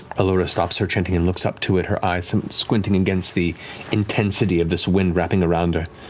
allura stops her chanting and looks up to it, her eyes squinting against the intensity of this wind wrapping around her.